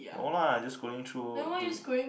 no lah just scrolling through the